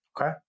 okay